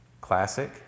classic